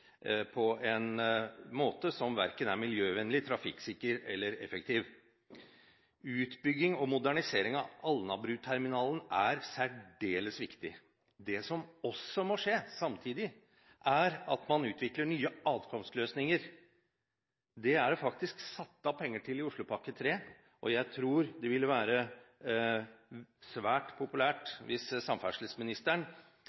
på en måte som verken er miljøvennlig, trafikksikker eller effektiv. Utbygging og modernisering av Alnabruterminalen er særdeles viktig. Det som samtidig må skje, er at man utvikler nye atkomstløsninger. Det er det faktisk satt av penger til i Oslopakke 3. Jeg tror det ville være svært